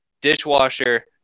dishwasher